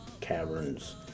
caverns